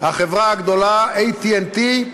החברה הגדולה AT&T,